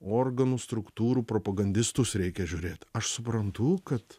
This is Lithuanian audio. organų struktūrų propagandistus reikia žiūrėt aš suprantu kad